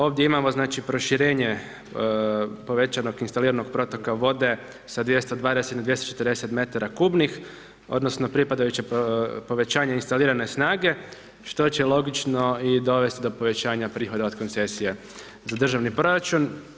Ovdje imamo znači proširenje povećanog, instalirano protoka vode, sa 220, 240 metara kubnih, odnosno, pripadajuće povećanje instalirane snage, što će logično i dovesti do povećanja prihoda od koncesija za državni proračun.